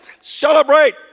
celebrate